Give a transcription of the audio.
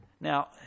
Now